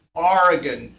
oregon,